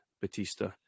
Batista